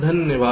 धन्यवाद